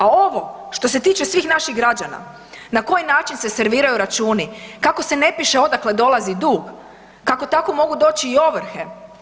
A ovo što se tiče svih naših građana na koji način se serviraju računu, kako se ne piše odakle dolazi dug, kako tako mogu doći i ovrhe.